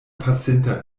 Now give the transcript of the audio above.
pasinta